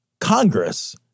Congress